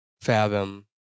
fathom